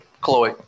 Chloe